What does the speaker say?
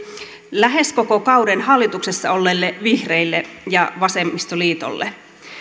lähes koko kauden hallituksessa olleille vihreille ja vasemmistoliitolle